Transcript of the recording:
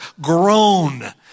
groan